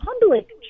public